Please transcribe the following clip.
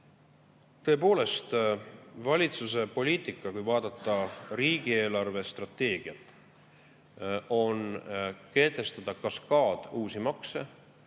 Tõepoolest, valitsuse poliitika, kui vaadata riigi eelarvestrateegiat, on kehtestada kaskaad uusi makse